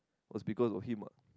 was because of him what